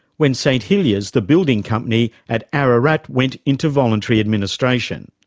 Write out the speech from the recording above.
when st hilliers, the building company at ararat, went into voluntary administration.